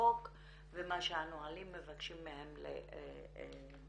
שהחוק והנהלים מבקשים לעשות.